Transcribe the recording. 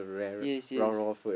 yes yes